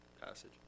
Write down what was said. passage